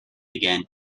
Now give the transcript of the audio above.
began